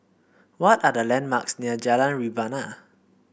what are the landmarks near Jalan Rebana